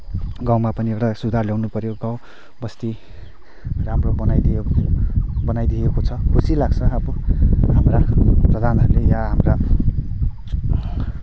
गाउँमा पनि एउटा सुधार ल्याउनु पऱ्यो गाउँ बस्ती राम्रो बनाइदियो बनाइदिएको छ खुसी लाग्छ अब हाम्रा प्रधानहरूले या हाम्रा